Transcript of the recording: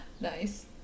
Nice